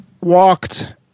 walked